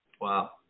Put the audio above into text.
Wow